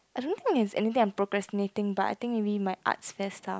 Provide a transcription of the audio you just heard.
I don't know if there's anything i'm procrastinating but i think maybe my arts fest stuff